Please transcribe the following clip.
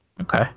okay